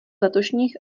letošních